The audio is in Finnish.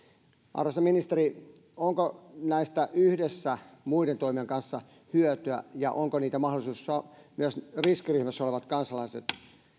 arvoisa ministeri onko näistä yhdessä muiden toimien kanssa hyötyä ja onko niitä mahdollisuus myös riskiryhmässä olevien kansalaisten